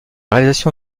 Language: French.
réalisation